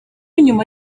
nyuma